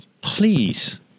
Please